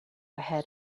ahead